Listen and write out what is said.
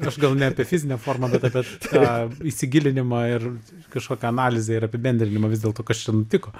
aš gal ne apie fizinę formą bet apie tą įsigilinimą ir kažkokią analizę ir apibendrinimą vis dėlto kas čia nutiko